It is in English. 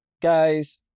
guys